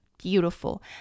beautiful